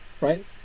right